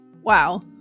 Wow